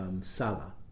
Salah